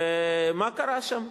מה קרה שם?